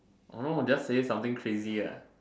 orh just say something crazy ah